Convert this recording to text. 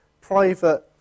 private